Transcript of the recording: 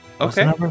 Okay